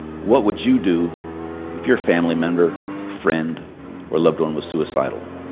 what would you do if your family member, friend or loved one was suicidal?